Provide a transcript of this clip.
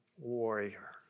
warrior